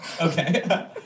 Okay